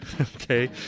Okay